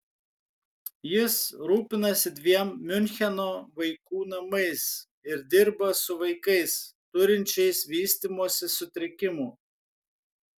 jis rūpinasi dviem miuncheno vaikų namais ir dirba su vaikais turinčiais vystymosi sutrikimų